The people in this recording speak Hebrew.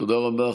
תודה רבה.